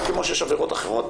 או כמו שיש עבירות אחרות,